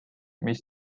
mis